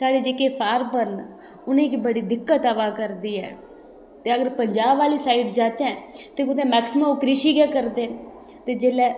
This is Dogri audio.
साढ़े जेह्के फार्मर न उ'नें गी बड़ी दिक्कत अवा करदी ऐ ते अगर पंजाब आह्ली साइड जाचै ते कुतै मैक्सीमम कृषि गै करदे न ते जिसलै